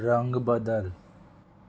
रंग बदल